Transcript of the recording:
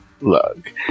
look